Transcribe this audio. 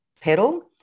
pedal